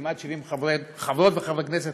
כמעט 70 חברות וחברי הכנסת